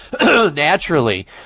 naturally